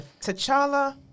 T'Challa